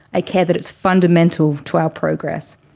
i care that it's fundamental to our progress.